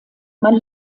man